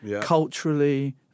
culturally